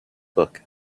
book